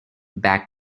bach